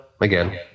again